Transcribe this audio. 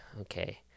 Okay